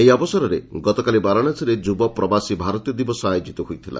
ଏହି ଅବସରରେ ଗତକାଲି ବାରାଣସୀରେ ଯୁବ ପ୍ରବାସୀ ଭାରତୀୟ ଦିବସ ଆୟୋଜିତ ହୋଇଥିଲା